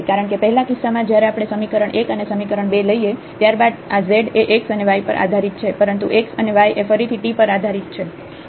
કારણ કે પહેલા કિસ્સામાં જયારે આપણે સમીકરણ 1 અને સમીકરણ 2 લઈએ ત્યારબાદ આ z એ x અને y પર આધારિત છે પરંતુ x અને y એ ફરીથી t પર આધારિત છે